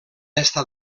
estat